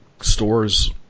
stores